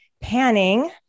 Panning